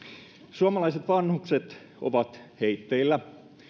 suomalaiset vanhukset ovat heitteillä